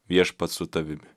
viešpats su tavimi